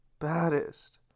baddest